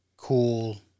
Cool